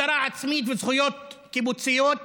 ובעוד את הממשלה מחבר דבק השנאה והפחד,